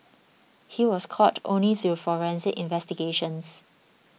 he was caught only through forensic investigations